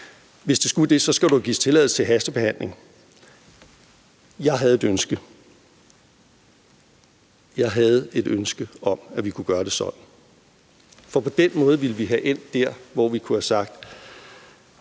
Hvis det skulle det, skal der jo gives tilladelse til hastebehandling. Kl. 11:12 Jeg havde et ønske. Jeg havde et ønske om, at vi kunne gøre det sådan. For på den måde ville vi have endt der, hvor vi kunne have sagt: